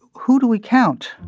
who do we count?